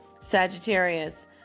Sagittarius